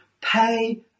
pay